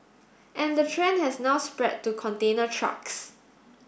and the trend has now spread to container trucks